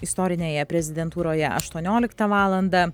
istorinėje prezidentūroje aštuonioliktą valandą